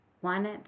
one